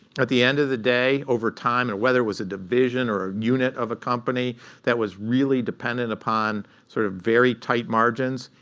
at the end of the day, over time, and whether it was a division or unit of a company that was really dependent upon sort of very tight margins,